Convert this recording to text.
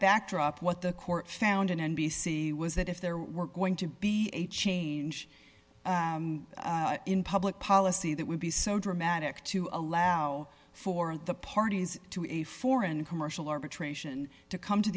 backdrop what the court found in n b c was that if there were going to be a change in public policy that would be so dramatic to allow for the parties to a foreign commercial arbitration to come to